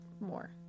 more